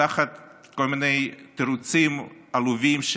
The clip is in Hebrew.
תחת תירוצים עלובים,